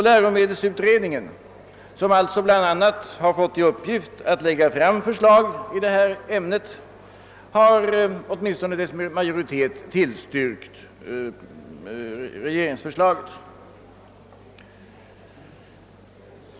Läromedelsutredningen som alltså bl.a. fått till uppgift att lägga fram förslag i detta ämne har åtminstone dess majoritet — tillstyrkt regeringsförslaget.